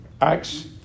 Acts